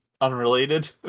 unrelated